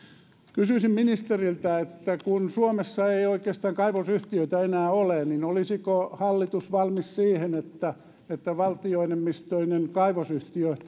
kysyisin ministeriltä kun suomessa ei kaivosyhtiöitä oikeastaan enää ole niin olisiko hallitus valmis siihen että että valtioenemmistöinen kaivosyhtiö